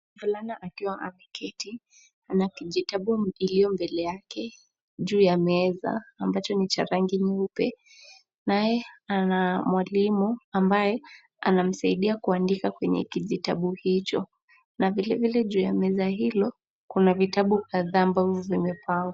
Mvulana akiwa ameketi kwa kiti ana kitabu ilio mbele yake juu ya meza ambacho ni cha rangi nyeupe. Naye mwalimu ambae anamsaidia kuandika kwenye kijitabu hicho, na vilevile juu ya meza hilo kuna vitabu kadhaa na ambavyo vimepangwa